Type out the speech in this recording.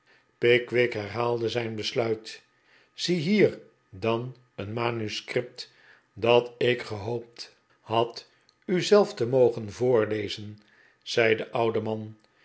pickwick herhaalde zijn besluit ziehier dan een manuscript dat ik gehoopt had u zelf te mogen voorlezen zei de oude man